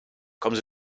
kommen